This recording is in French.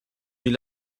nuit